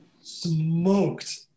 smoked